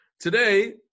today